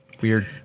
weird